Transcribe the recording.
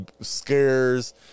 scares